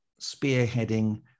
spearheading